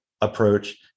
approach